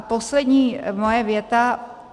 Poslední moje věta.